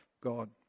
God